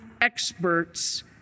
experts